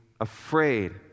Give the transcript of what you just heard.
afraid